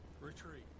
retreat